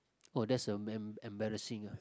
oh that's a man embarrassing ah